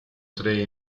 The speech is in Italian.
tre